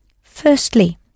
Firstly